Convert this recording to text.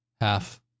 half